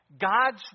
God's